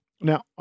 Now